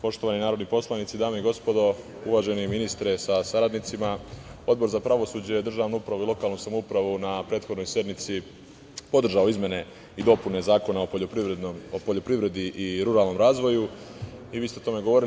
Poštovani narodni poslanici, dame i gospodo, uvaženi ministre sa saradnicima, Odbor za pravosuđe, državnu upravu i lokalnu samoupravu na prethodnoj sednici podržao je izmene i dopune Zakona o poljoprivredi i ruralnom razvoju, i vi ste o tome govorili.